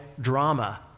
drama